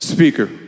Speaker